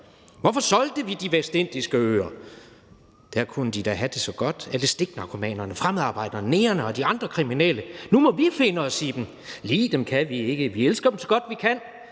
solgte vi de vestindiske øer/der kunne de ha det så godt/alle stiknarkomanerne/fremmedarbejderne/negrene/og de andre kriminelle/nu må vi finde os i dem/li dem kan vi ikke/vi elsker dem så godt vi kan/tar